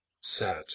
sad